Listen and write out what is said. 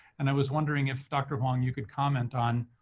and i was wondering if dr. huang, you could comment on,